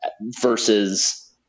versus